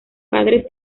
padres